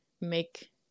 make